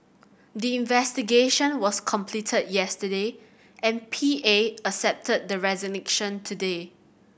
the investigation was completed yesterday and P A accepted the resignation today